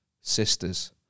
sisters